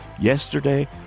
Yesterday